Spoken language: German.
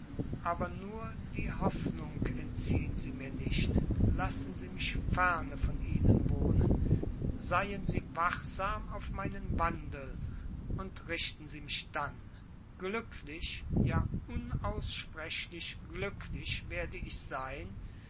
aber nur die hoffnung entziehen sie mir nicht lassen sie mich ferne von ihnen wohnen seien sie wachsam auf meinen wandel und richten sie mich dann glücklich ja unaussprechlich glücklich werd ich sein